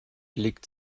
liegt